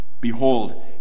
Behold